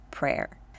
prayer